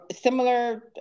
similar